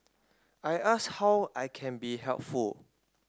I ask how I can be helpful